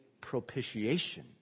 propitiation